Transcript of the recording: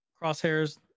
crosshairs